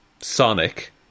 Sonic